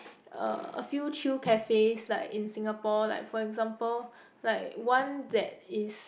uh a few chill cafes like in Singapore like for example like one that is